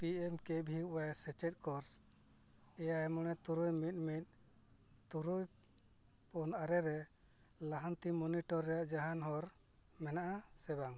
P M K V Y ᱥᱮᱪᱮᱫ course ᱮᱭᱟᱭ ᱢᱚᱬᱮ ᱛᱩᱨᱩᱭ ᱢᱤᱫ ᱢᱤᱫ ᱛᱩᱨᱩᱭ ᱯᱩᱱ ᱟᱨᱮᱨᱮ ᱞᱟᱦᱟᱱᱛᱤ ᱢᱚᱱᱤᱴᱚᱨ ᱨᱮ ᱡᱟᱦᱟᱱ ᱦᱚᱨ ᱢᱮᱱᱟᱜᱼᱟ ᱥᱮᱵᱟᱝ